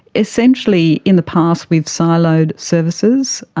essentially in the past we've siloed services.